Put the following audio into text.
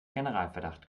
generalverdacht